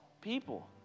people